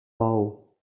bou